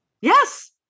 Yes